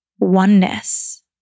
oneness